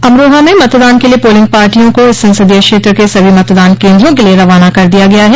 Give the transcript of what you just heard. अमरोहा में मतदान के लिए पोलिंग पार्टियों को इस संसदीय क्षेत्र के सभी मतदान केन्द्रों के लिए रवाना कर दिया गया है